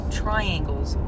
triangles